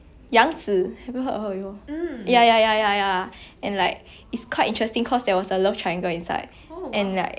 and like it was so interesting that like the way they wrote the love triangle is !wah! I watched already right